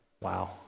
Wow